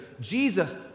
Jesus